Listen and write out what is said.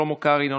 שלמה קרעי,